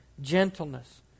gentleness